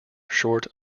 short